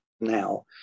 now